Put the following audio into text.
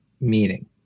meeting